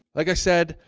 like i said,